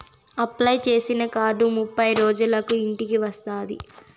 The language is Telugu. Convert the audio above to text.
అప్లై చేసిన కార్డు ముప్పై రోజులకు ఇంటికి వస్తాది